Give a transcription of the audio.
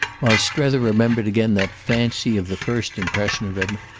while strether remembered again that fancy of the first impression of him,